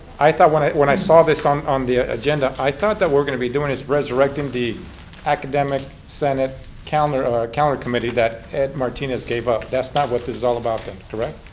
i thought when i when i saw this on on the ah agenda, i thought that we were going to be doing is resurrecting the academic senate calendar calendar committee that martinez gave up. that's not what this is all about then, correct?